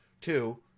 Two